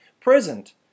Present